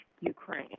Ukraine